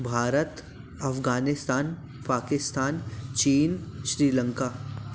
Bharat Afghanistan Pakistan Chin Sri Lanka